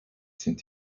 sind